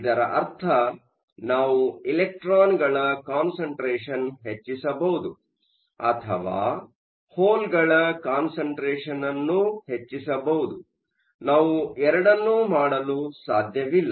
ಇದರರ್ಥ ನಾವು ಎಲೆಕ್ಟ್ರಾನ್ಗಳ ಕಾನ್ಸಂಟ್ರೇಷನ್ ಹೆಚ್ಚಿಸಬಹುದು ಅಥವಾ ಹೋಲ್ಗಳ ಕಾನ್ಸಂಟ್ರೇಷನ್ ಅನ್ನು ಹೆಚ್ಚಿಸಬಹುದು ನಾವು ಎರಡನ್ನೂ ಮಾಡಲು ಸಾಧ್ಯವಿಲ್ಲ